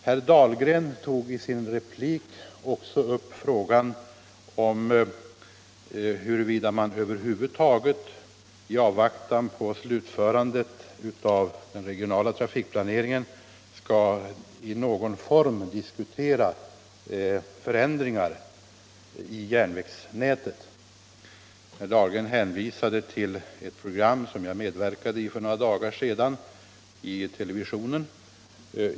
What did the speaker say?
Herr Dahlgren tog i sitt anförande upp frågan huruvida man i avvaktan på slutförandet av den regionala trafikplaneringen över huvud taget skall diskutera förändringar i någon form av järnvägsnätet. Herr Dahlgren hänvisade till ett program i televisionen för några dagar sedan som jag medverkade i.